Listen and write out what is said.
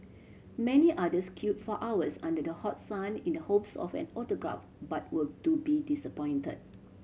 many others queue for hours under the hot sun in the hopes of an autograph but were to be disappoint